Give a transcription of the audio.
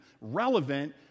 relevant